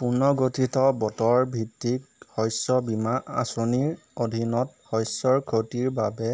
পুনৰ্গঠিত বতৰ ভিত্তিক শস্য বীমা আঁচনিৰ অধীনত শস্যৰ ক্ষতিৰ বাবে